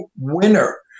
Winner